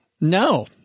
No